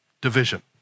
Division